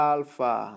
Alpha